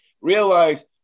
realize